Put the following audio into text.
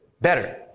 Better